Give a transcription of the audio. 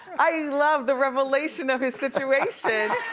i love the revelation of his situation.